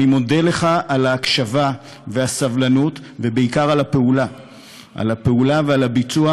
אני מודה לך על ההקשבה ועל הסבלנות ובעיקר על הפעולה ועל הביצוע,